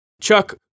Chuck